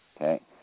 okay